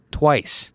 twice